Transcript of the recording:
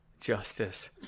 Justice